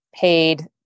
paid